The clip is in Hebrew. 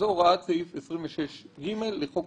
צריך לשקול גם צעדים שלא בשיתוף